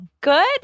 Good